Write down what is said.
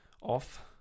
off